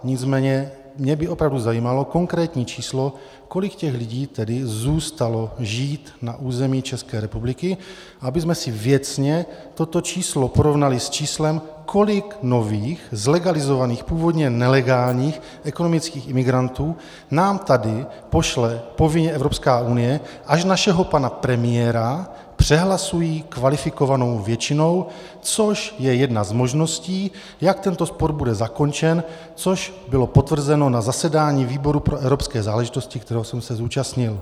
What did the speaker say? Nicméně mě by opravdu zajímalo konkrétní číslo, kolik těch lidí tedy zůstalo žít na území České republiky, abychom si věcně toto číslo porovnali s číslem, kolik nových zlegalizovaných, původně nelegálních ekonomických imigrantů nám tady pošle povinně Evropská unie, až našeho pana premiéra přehlasují kvalifikovanou většinou, což je jedna z možností, jak tento spor bude zakončen, což bylo potvrzeno na zasedání výboru pro evropské záležitosti, kterého jsem se zúčastnil.